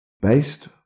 based